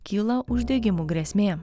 kyla uždegimų grėsmė